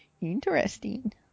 interesting